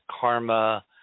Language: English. karma